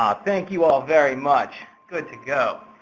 um thank you all very much. good to go.